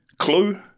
clue